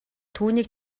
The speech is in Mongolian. түүнийг